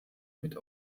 mit